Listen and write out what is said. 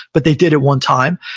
but they did at one time.